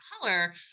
color